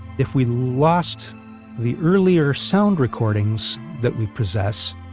if we lost the earlier sound recordings that we possess,